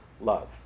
love